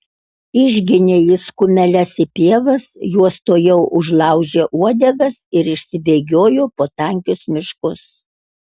išginė jis kumeles į pievas jos tuojau užlaužė uodegas ir išsibėgiojo po tankius miškus